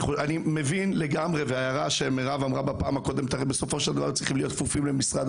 אני מבין שבסופו של דבר צריכים להיות כפופים למשרד